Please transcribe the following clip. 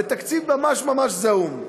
בתקציב ממש ממש זעום.